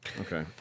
Okay